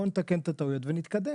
בואו נתקן את הטעויות ונתקדם.